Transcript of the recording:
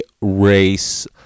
race